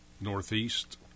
northeast